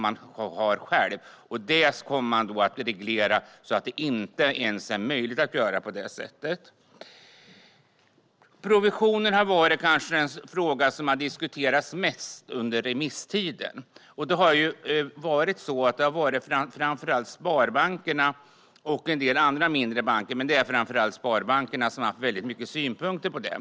Detta kommer nu att regleras så att det inte är möjligt att göra på det sättet. Provisionen har kanske varit den fråga som har diskuterats mest under remisstiden. En del mindre banker men framför allt sparbankerna har haft mycket synpunkter på den.